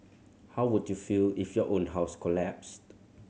how would you feel if your own house collapsed